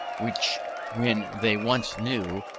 which when they once knew,